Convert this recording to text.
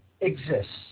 exists